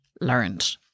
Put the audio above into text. learned